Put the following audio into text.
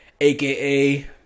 AKA